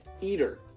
eater